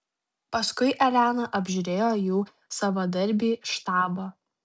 paskui elena apžiūrėjo jų savadarbį štabą